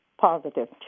positive